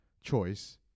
choice